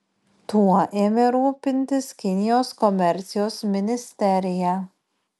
tuo ėmė rūpintis kinijos komercijos ministerija